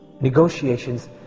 negotiations